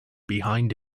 behind